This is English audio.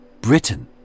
Britain